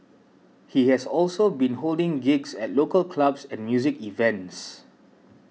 he has also been holding gigs at local clubs and music events